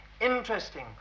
interesting